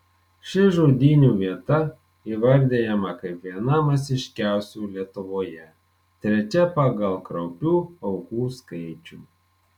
ši žudynių vieta įvardijama kaip viena masiškiausių lietuvoje trečia pagal kraupių aukų skaičių